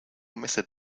method